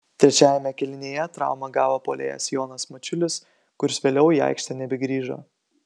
trečiajame kėlinyje traumą gavo puolėjas jonas mačiulis kuris vėliau į aikštę nebegrįžo